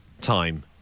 Time